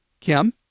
Kim